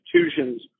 institutions